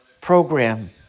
program